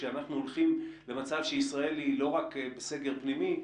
כשאנחנו הולכים למצב שישראל היא לא רק בסגר פנימי,